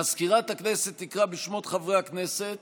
מזכירת הכנסת תקרא בשמות חברי הכנסת